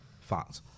Fact